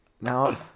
Now